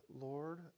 Lord